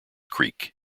creek